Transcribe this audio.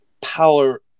power